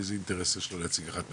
איזה אינטרס יש לו להציג אחת מהן,